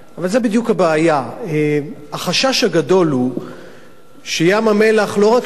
אבל זו בדיוק הבעיה: החשש הגדול הוא שים-המלח לא רק שלא